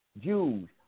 Jews